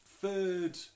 third